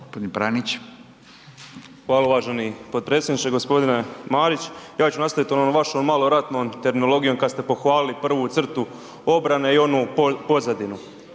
Hvala uvaženi potpredsjedniče. G. Marić, ja ću nastaviti onom vašom malo ratnom terminologijom kad ste pohvalili prvu crtu obrane i onu pozadinu.